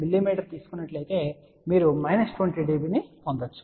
9 mm తీసుకున్నట్లయితే మీరు minus 20 dB పొందవచ్చు